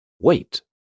Wait